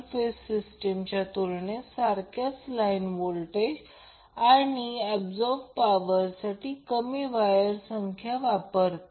तर three phase system जी समान लाइन व्होल्टेज VL आणि समान अब्सोरबड पॉवर PL साठी सिंगल फेज सिस्टमपेक्षा कमी प्रमाणात वायर वापरते